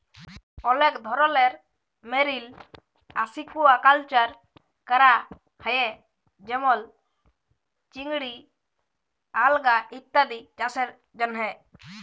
অলেক ধরলের marine aquaculture ক্যরা হ্যয়ে যেমল চিংড়ি, আলগা ইত্যাদি চাসের জন্হে